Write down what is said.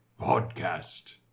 podcast